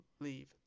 leave